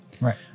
right